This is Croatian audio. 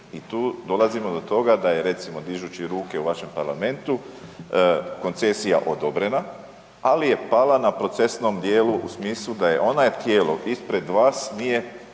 i tu dolazimo do toga da je recimo dižući ruke u vašem parlamentu, koncesija odobrena ali je pala na procesnom djelu u smislu da ona je tijelo ispred vas nije